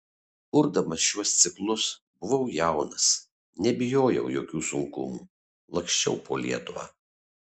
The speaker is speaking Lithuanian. kurdamas šiuos ciklus buvau jaunas nebijojau jokių sunkumų laksčiau po lietuvą